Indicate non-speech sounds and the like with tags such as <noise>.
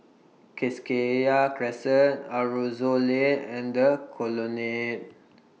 <unintelligible> Crescent Aroozoo Lane and The Colonnade